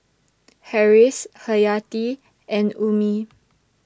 Harris Hayati and Ummi